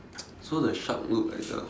so there's shark loop at the